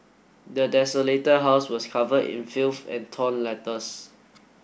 the desolated house was covered in filth and torn letters